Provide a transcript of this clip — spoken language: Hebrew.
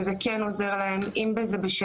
שזה כן עוזר להן בשינה,